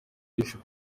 hejuru